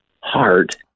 heart